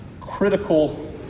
critical